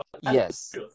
yes